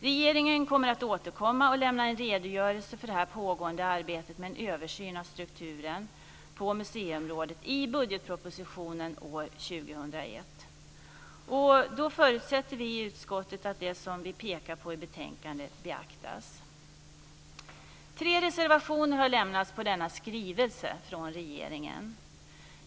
Regeringen kommer att återkomma och lämna en redogörelse för det pågående arbetet med en översyn av strukturen på museiområdet i budgetpropositionen år 2001. Och då förutsätter vi i utskottet att det som vi pekat på i betänkandet beaktas. Tre reservationer har lämnats till utskottets hemställan när det gäller denna skrivelse från regeringen.